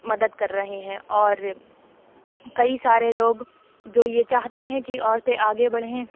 مدد کر رہے ہیں اور کئی سارے لوگ جو یہ چاہتے ہیں کہ عورتیں آگے بڑھیں